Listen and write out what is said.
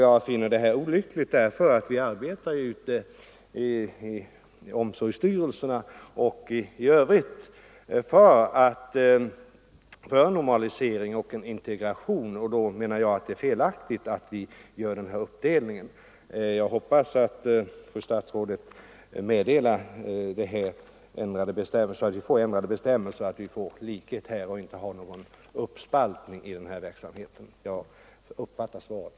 Jag finner detta olyckligt, för vi arbetar ute i omsorgsstyrelserna och i övrigt för en normalisering och en integration, och då menar jag att det är felaktigt att göra den här uppdelningen. Jag hoppas att fru statsrådet lämnar ett meddelande om saken, så att vi får ändrade bestämmelser och så att det blir likhet härvidlag och inte någon uppspaltning. På detta sätt uppfattar jag också svaret.